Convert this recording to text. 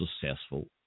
successful